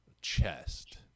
chest